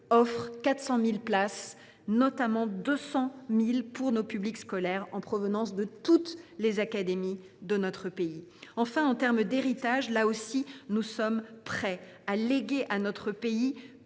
offre 400 000 places, dont 200 000 pour le public scolaire en provenance de toutes les académies de notre pays. Enfin, pour ce qui a trait à l’héritage, nous sommes prêts à léguer à notre pays